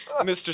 Mr